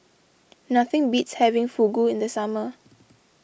nothing beats having Fugu in the summer